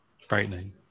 frightening